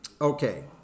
Okay